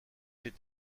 est